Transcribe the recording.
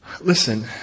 Listen